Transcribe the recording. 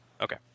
Okay